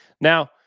now